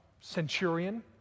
centurion